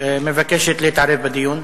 מבקשת להתערב בדיון.